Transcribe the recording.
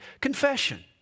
confession